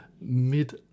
met